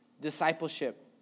discipleship